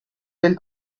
will